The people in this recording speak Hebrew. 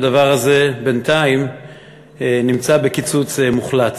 הדבר הזה בינתיים נמצא בקיצוץ מוחלט.